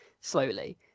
slowly